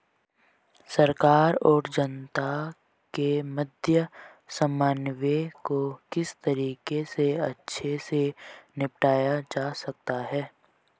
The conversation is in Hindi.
सरकार और जनता के मध्य समन्वय को किस तरीके से अच्छे से निपटाया जा सकता है?